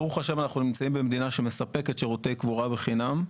ברוך ה' אנחנו נמצאים במדינה שמספקת שירותי קבורה בחינם,